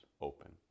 open